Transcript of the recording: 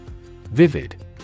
Vivid